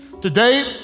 today